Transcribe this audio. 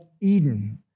Eden